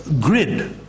grid